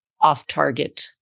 off-target